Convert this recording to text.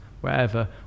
wherever